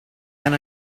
can